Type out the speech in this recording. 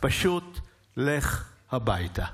פשוט לך הביתה".